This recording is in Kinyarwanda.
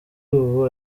ubu